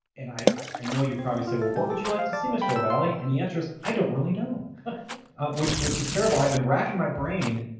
and i i know you probably said well, what would you like to see mr. lavalley and the answer is, i don't really know which which is terrible. i've been racking my brain,